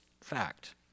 fact